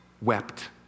wept